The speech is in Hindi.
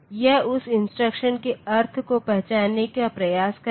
यह उस इंस्ट्रक्शन के अर्थ को पहचानने का प्रयास करेगा